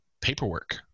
paperwork